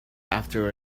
after